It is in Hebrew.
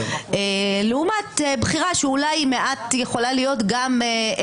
לעומת בחירה שאולי היא יכולה להיות גם מעט